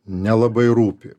nelabai rūpi